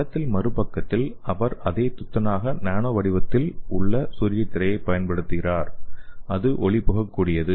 படத்தில் மறு பக்கத்தில் அவர் அதே துத்தநாகம் நானோ வடிவத்தில் உள்ள சூரியத் திரையைப் பயன்படுத்தினார் அது ஒளி புகக்கூடியது